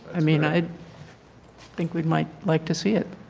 i mean i think we might like to see it.